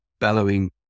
bellowing